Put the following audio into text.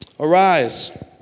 Arise